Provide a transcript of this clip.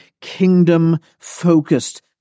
kingdom-focused